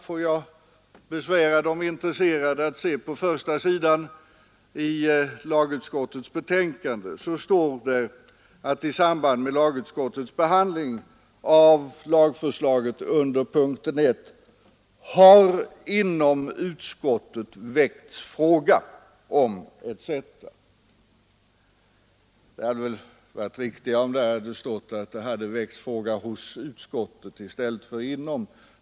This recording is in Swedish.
Får jag besvära de intresserade att se på första sidan i lagutskottets betänkande. Där heter det: ”I samband med lagutskottets behandling av lagförslaget under punkten 1 har inom utskottet väckts fråga om ———.” Det hade varit riktigare om det hade stått ”har hos utskottet väckts fråga” i stället för ”har inom utskottet väckts fråga”.